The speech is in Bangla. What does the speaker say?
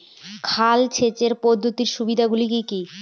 খাল জলসেচ পদ্ধতির সুবিধাগুলি কি কি?